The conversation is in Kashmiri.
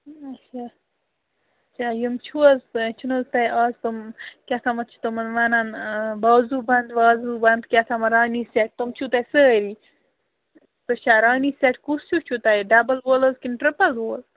اَچھا اَچھا یِم چھِو حظ تۅہہِ چھُو نہٕ حظ اَز تِم کیٛاہتامَتھ چھِ تِمَن وَنان بازوٗ بنٛد وازوٗ بَنٛد کیٛاہتامَتھ رانی سیٚٹ تِم چھُو تۄہہِ سٲری سُہ چھا رانی سٮ۪ٹ کُس ہیٛوٗ چھُو تۄہہِ ڈَبُل وول حظ کِنہٕ ٹرٛپُل وول